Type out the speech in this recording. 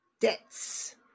debts